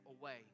away